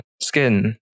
skin